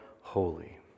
holy